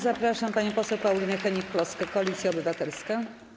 Zapraszam panią poseł Paulinę Hennig-Kloskę, Koalicja Obywatelska.